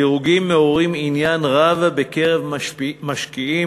הדירוגים מעוררים עניין רב בקרב משקיעים